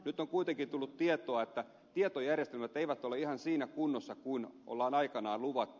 nyt on kuitenkin tullut tietoa että tietojärjestelmät eivät ole ihan siinä kunnossa kuin on aikanaan luvattu